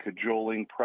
cajoling